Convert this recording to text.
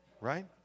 right